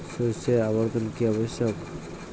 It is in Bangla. শস্যের আবর্তন কী আবশ্যক?